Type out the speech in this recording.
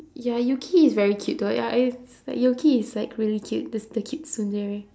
ya yuki is very cute though ya I ~s like yuki is like really cute there's the cute tsundere